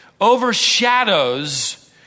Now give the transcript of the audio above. overshadows